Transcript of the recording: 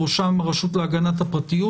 בראשם הרשות להגנת הפרטיות.